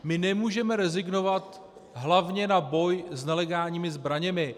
My nemůžeme rezignovat hlavně na boj s nelegálními zbraněmi.